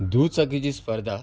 दुचाकीची स्पर्धा